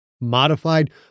modified